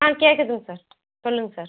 ஆ கேட்குதுங்க சார் சொல்லுங்கள் சார்